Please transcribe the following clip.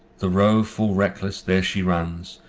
the roe full reckless there she runs,